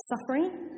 suffering